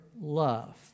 love